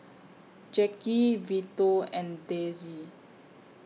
Jacki Vito and Dezzie